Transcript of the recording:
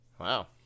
Wow